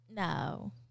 No